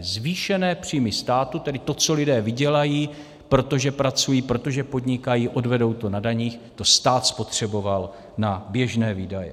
Zvýšené příjmy státu, tedy to, co lidé vydělají, protože pracují, protože podnikají, odvedou to na daních, stát spotřeboval na běžné výdaje.